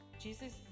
Jesus